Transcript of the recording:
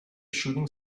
shooting